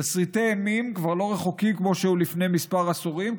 תסריטי אימים כבר לא רחוקים כמו שהיו לפני כמה עשורים,